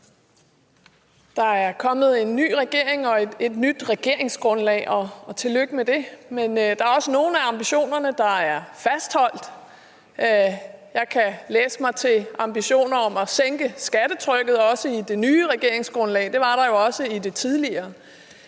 Der er kommet en ny regering og et nyt regeringsgrundlag og tillykke med det, men der er også nogle ambitioner, der er fastholdt. Jeg kan læse mig til ambitioner om at sænke skattetrykket også i det nye regeringsgrundlag. Det var der jo også i det tidligere.